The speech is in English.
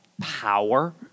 power